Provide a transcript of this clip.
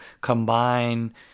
combine